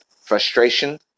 frustration